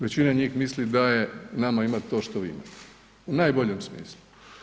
Većina njih misli da je nama imat to što vi imate, u najboljem smislu.